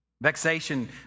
Vexation